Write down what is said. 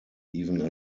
even